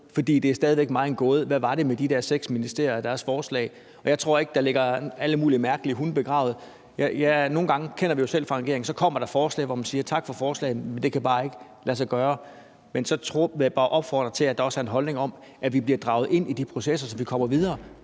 For det er mig stadig væk en gåde, hvad det var med de der seks ministerier og deres forslag. Jeg tror ikke, at der ligger alle mulige mærkelige hunde begravet. Jeg kender det jo selv fra min tid i regering, at der kommer forslag, som man siger tak for, men som bare ikke kan lade sig gøre. Men så vil jeg bare opfordre til, at der også er en holdning om, at vi bliver draget ind i de processer, så vi kommer videre,